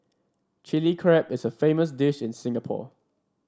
Chilli Crab is a famous dish in Singapore